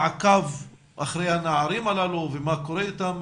מעקב אחרי הנערים הללו, מה קורה איתם,